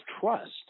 trust